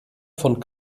von